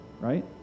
right